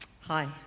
Hi